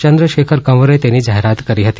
ચંદ્રશેખર કંવરે તેની જાહેરાત કરી હતી